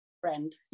friend